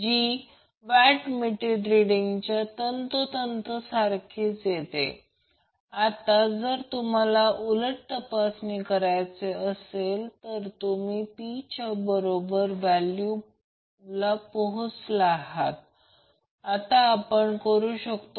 तर हे आहे म्हणूनच वॅटमीटरचे हे कनेक्शन आहे जे तोच वॅटमीटर वापरून रिअॅक्टिव्ह पॉवर मोजण्यासाठी वापरले जाऊ शकते